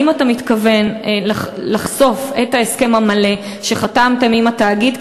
האם אתה מתכוון לחשוף את ההסכם המלא שחתמתם עם התאגיד?